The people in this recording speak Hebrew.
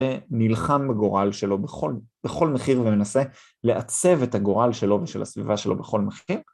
ונלחם בגורל שלו בכל מחיר, ומנסה לעצב את הגורל שלו ושל הסביבה שלו בכל מחיר.